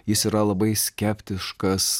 jis yra labai skeptiškas